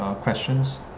questions